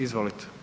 Izvolite.